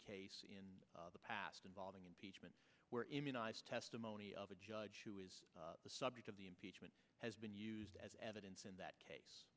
case in the past involving impeachment where testimony of a judge who is the subject of the impeachment has been used as evidence in that case